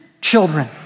children